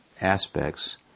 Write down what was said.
aspects